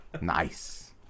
Nice